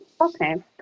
Okay